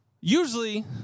usually